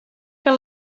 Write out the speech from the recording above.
que